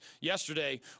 yesterday